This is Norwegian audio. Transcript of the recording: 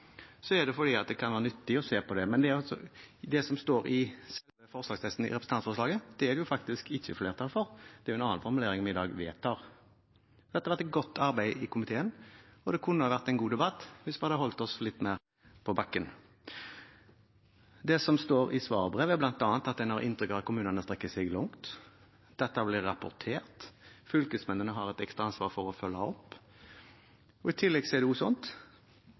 er det fordi det kan være nyttig å se på det. Men det som står i forslagsteksten i representantforslaget, er det faktisk ikke flertall for. Det er en annen formulering vi i dag vedtar. Det har vært gjort et godt arbeid i komiteen, og det kunne ha vært en god debatt hvis vi hadde holdt oss litt mer på bakken. Det som står i svarbrevet, er bl.a. at statsråden har inntrykk av at kommunene strekker seg langt. Dette blir rapportert, fylkesmennene har et ekstra ansvar for å følge opp, og i tillegg er det kommunene som kjenner brukeren og de eventuelle pårørende best. Det er det